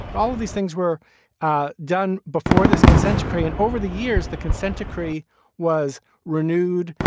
and all of these things were ah done before this consent decree. and over the years the consent decree was renewed.